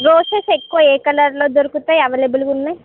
roses ఎక్కువ ఏ కలర్లో దొరుకుతాయి అవైలబుల్గా ఉన్నాయి